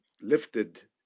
lifted